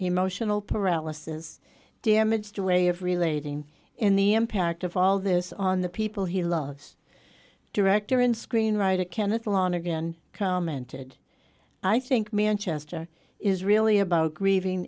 emotional paralysis damaged a way of relating in the impact of all this on the people he loves director and screenwriter kenneth lonergan commented i think manchester is really about grieving